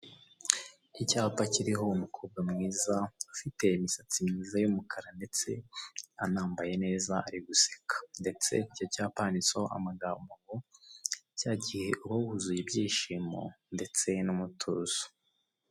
Icyapa kiriho umukobwa mwiza ufite imisatsi myiza y'umukara ndetse anambaye neza ari guseka ndetse icyo cyapa handitseho amagambo cya gihe uba wuzuye ibyishimo ndetse n'umutuzo.